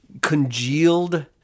congealed